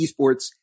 esports